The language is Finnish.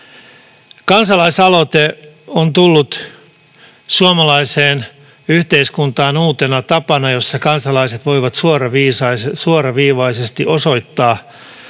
Kansalaisaloite on tullut suomalaiseen yhteiskuntaan uutena tapana, jolla kansalaiset voivat suoraviivaisesti osoittaa